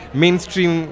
mainstream